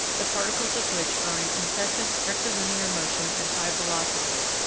the particles of which are in incessant rectilinear motion at high velocities,